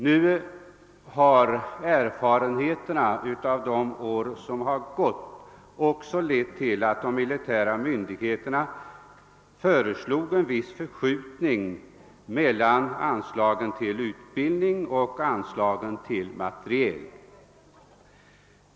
Nu har erfarenheterna från de år som har gått lett till att de militära myndigheterna har föreslagit en viss förskjutning mellan anslagen till utbildning och anslagen till materiel.